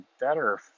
better